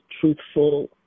truthful